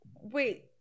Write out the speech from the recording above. wait